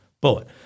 bullet